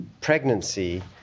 pregnancy